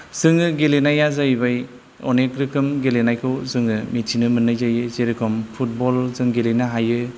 जोङो गेलेनाया जाहैबाय अनेक रोखोम गेलेनायखौ जोङो मिथिनो मोन्नाय जायो जेरखम फुटबल जों गेलेनो हायो